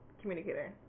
communicator